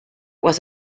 was